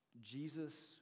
Jesus